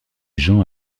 jean